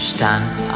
Stand